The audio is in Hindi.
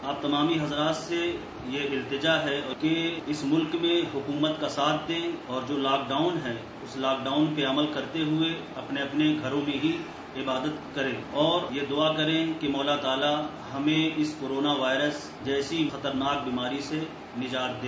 आप ततामी हजरत से यह इलतिजा है कि इस मुल्क में हुकूमत का साथ दे और जो लॉकडाउन है उस पर लॉकडाउन अमल करते हुए अपने अपने घरों में ही इबादत करे और यह दुआ करें कि मौला ताला हमें इस कोरोना वायरस जैसी खतरनाक बीमारी से निजात दे